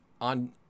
on